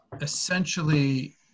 essentially